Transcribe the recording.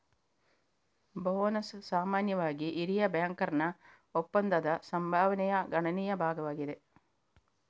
bonus ಸಾಮಾನ್ಯವಾಗಿ ಹಿರಿಯ ಬ್ಯಾಂಕರ್ನ ಒಪ್ಪಂದದ ಸಂಭಾವನೆಯ ಗಣನೀಯ ಭಾಗವಾಗಿದೆ